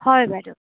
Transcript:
হয় বাইদেউ